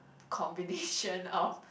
combination of